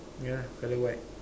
ya colour white